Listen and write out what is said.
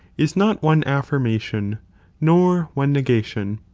is not one affirmation nor one negation,